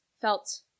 felt